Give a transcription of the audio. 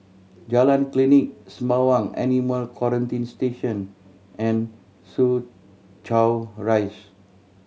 Jalan Klinik Sembawang Animal Quarantine Station and Soo Chow Rise